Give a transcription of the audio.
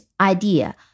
idea